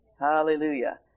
Hallelujah